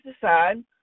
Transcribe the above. decide